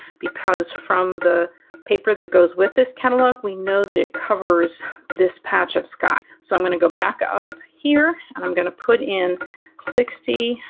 because, from the paper that goes with this catalog, we know that it covers this patch of sky. so i'm going to go back up here and i'm going to put in sixty,